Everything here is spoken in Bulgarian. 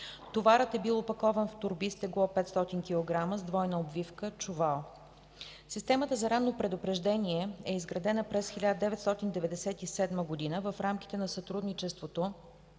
Товарът е бил опакован в торби с тегло 500 кг с двойна обвивка – чувал. Системата за ранно предупреждение е изградена през 1997 г. в рамките на сътрудничеството